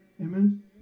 Amen